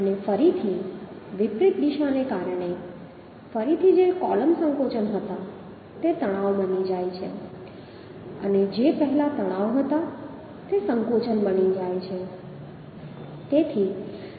અને ફરીથી વિપરીત દિશાને કારણે ફરીથી જે કોલમ સંકોચન હતા તે તણાવ બની જાય છે અને જે પહેલા તણાવ હતા તે સંકોચન બની શકે છે